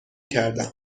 کردم